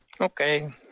Okay